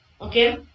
okay